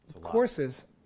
courses